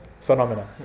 phenomena